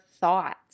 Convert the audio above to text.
thoughts